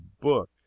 book